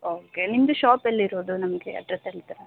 okay ನಿಮ್ಮದು shop ಎಲ್ಲಿರೋದು ನಮಗೆ ಅಡ್ರೆಸ್ ಎಂತ